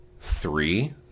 three